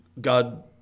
God